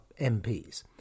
MPs